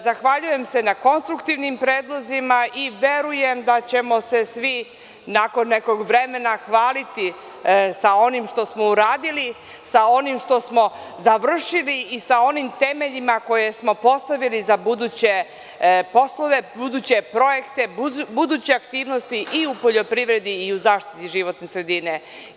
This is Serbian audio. Zahvaljujem se na konstruktivnim predlozima i verujem da ćemo se svi nakon nekog vremena hvaliti sa onim što smo uradili, sa onim što smo završili i sa onim temeljima koje smo postavili za buduće poslove, projekte, buduće aktivnosti i u poljoprivredi i u zaštiti životne sredine.